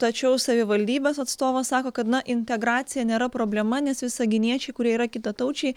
tačiau savivaldybės atstovas sako kad na integracija nėra problema nes visaginiečiai kurie yra kitataučiai